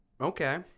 Okay